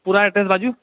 पूरा एड्रेस बाजू